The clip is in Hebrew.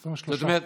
23. מה?